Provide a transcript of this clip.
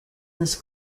this